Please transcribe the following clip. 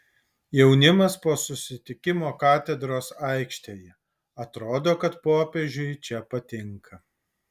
jaunimas po susitikimo katedros aikštėje atrodo kad popiežiui čia patinka